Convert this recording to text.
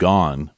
Gone